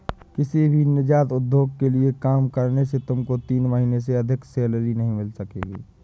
किसी भी नीजात उद्योग के लिए काम करने से तुमको तीन महीने से अधिक सैलरी नहीं मिल सकेगी